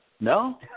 No